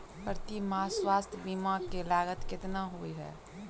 प्रति माह स्वास्थ्य बीमा केँ लागत केतना होइ है?